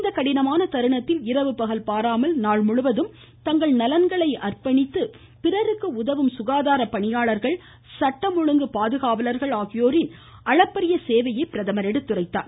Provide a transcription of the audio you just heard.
இந்த கடினமான தருணத்தில் இரவு பகல் பாராமல் நாள் முழுவதும் தங்கள் நலன்களை துறந்து பிறருக்கு உதவும் சுகாதாரப்பணியாளர்கள் சட்டம் ஒழுங்கு பாதுகாவலர்கள் ஆகியோரின் அளப்பரிய சேவையை பிரதமர் எடுத்துரைத்தார்